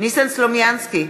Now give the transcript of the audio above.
ניסן סלומינסקי,